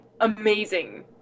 amazing